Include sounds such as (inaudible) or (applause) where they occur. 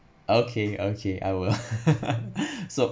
okay okay I will (laughs) so